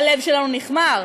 הלב שלנו נכמר,